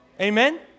Amen